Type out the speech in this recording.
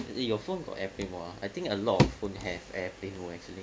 your phone got every more I think a lot phone have air play no actually